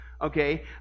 Okay